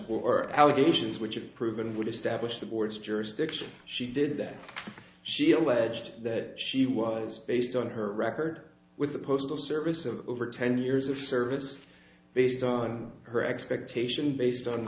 before allegations which if proven would establish the board's jurisdiction she did that she alleged that she was based on her record with the postal service of over ten years of service based on her expectation based on